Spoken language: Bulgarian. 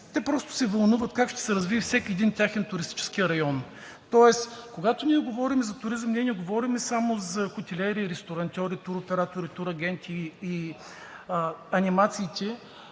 те просто се вълнуват как ще се развие всеки един техен туристически район. Тоест когато говорим за туризъм, ние не говорим само за хотелиери и ресторантьори, туроператори, турагенти и анимациите.